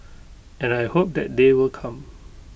and I hope that day will come